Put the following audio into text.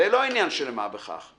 זה לא עניין של מה בכך.